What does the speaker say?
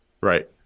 Right